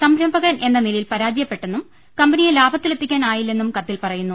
സംരം ഭകൻ എന്ന നിലയിൽ പരാജയപ്പെട്ടെന്നും കമ്പനിയെ ലാഭത്തിലെത്തി ക്കാൻ ആയില്ലെന്നും കത്തിൽ പറയുന്നു